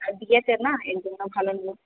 বিয়েতে না এই জন্য ভালো নেব